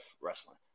wrestling